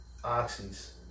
Oxys